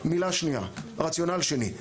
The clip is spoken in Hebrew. רציונל שני.